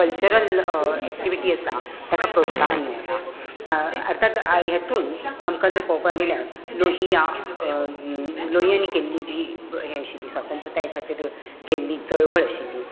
cultural activity आसा ताका प्रोत्साहन मेळ्ळां अर्थांत हेतूंत आमकां जर पळोवपाक गेल्यार लोहिया लोहियांनी केल्ली जी हें आशील्ली स्वतंत्रताय खातीर केल्ली चळवळ आशिल्ली